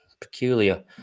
peculiar